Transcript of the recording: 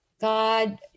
God